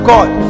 God